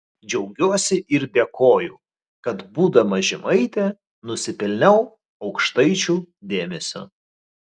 džiaugiuosi ir dėkoju kad būdama žemaitė nusipelniau aukštaičių dėmesio